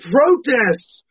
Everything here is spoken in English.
Protests